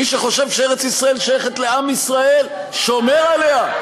מי שחושב שארץ-ישראל שייכת לעם ישראל שומר עליה,